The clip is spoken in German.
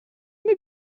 mir